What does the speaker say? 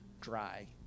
dry